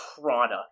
product